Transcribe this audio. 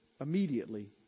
immediately